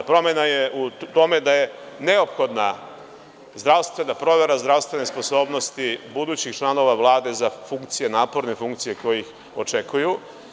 Promena je u tome da je neophodna zdravstvena provera zdravstvene sposobnosti budućih članova Vlade za funkcije, naporne funkcije koje ih očekuju.